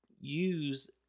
use